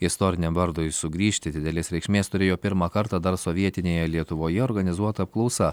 istoriniam vardui sugrįžti didelės reikšmės turėjo pirmą kartą dar sovietinėje lietuvoje organizuota apklausa